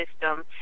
system